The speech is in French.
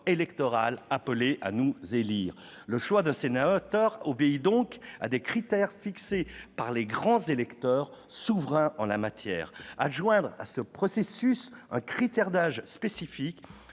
électoral appelé à nous élire. Le choix d'un sénateur obéit donc à des critères fixés par les grands électeurs, souverains en la matière. Adjoindre à ce processus un critère d'âge spécifique,